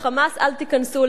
אל תיכנסו לעזה.